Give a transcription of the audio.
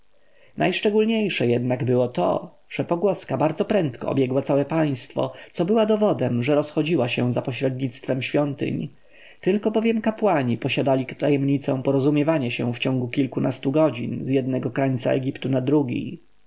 ramzesa najszczególniejsze jednak było to że pogłoska bardzo prędko obiegła całe państwo co było dowodem że rozchodziła się za pośrednictwem świątyń tylko bowiem kapłani posiadali tajemnicę porozumiewania się w ciągu kilkunastu godzin z jednego krańca egiptu na drugi